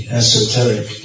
esoteric